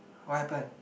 what happen